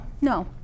no